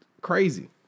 Crazy